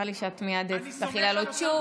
נראה לי שאת מייד תרצי לעלות שוב.